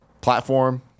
platform